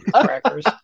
crackers